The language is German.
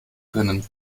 können